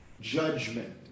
judgment